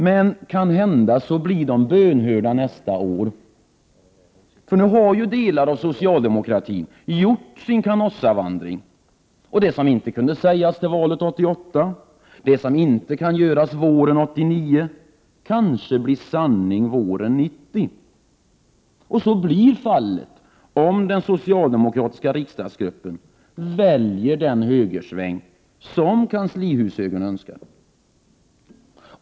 Men kanhända blir de bönhörda nästa vår, för nu har delar av socialdemokratin gjort sin Canossavandring, och det som inte kunde sägas till valet 1988 och det som inte kan göras våren 1989 kanske blir sanning till våren 1990. Så blir fallet om den socialdemokratiska riksdagsgruppen väljer den högersväng som kanslihushögern önskar.